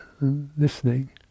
Listening